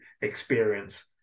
experience